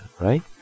right